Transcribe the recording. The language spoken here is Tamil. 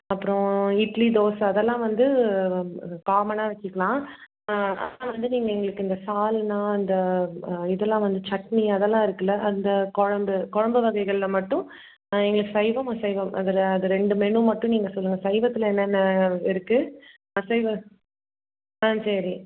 அப்புறம் இட்லி தோசை அதெல்லாம் வந்து காமனாக வச்சிக்கலாம் அதெல்லாம் வந்து நீங்கள் எங்களுக்கு இந்த சால்னா இந்த இதெல்லாம் வந்து சட்னி அதெல்லாம் இருக்குதுல அந்த குழம்பு குழம்பு வகைகள்ல மட்டும் எங்களுக்கு சைவம் அசைவம் அதில் அது ரெண்டு மெனு மட்டும் நீங்கள் சொல்லுங்கள் சைவத்தில் என்னென்ன இருக்குது அசைவ ஆ சரி